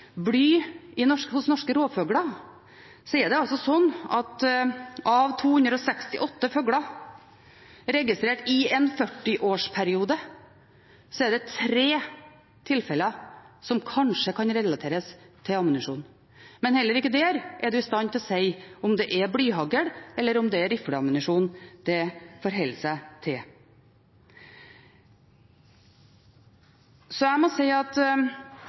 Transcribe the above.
bly i norske rovfugler, er det altså slik at av 268 fugler registrert i en 40-årsperiode er det tre tilfeller som kanskje kan relateres til ammunisjon. Men heller ikke der er en i stand til å si om det er blyhagl eller rifleammunisjon det forholder seg til. Man blir litt forundret over en del av den argumentasjonen som kommer fram når det